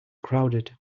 crowded